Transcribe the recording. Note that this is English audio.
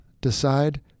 decide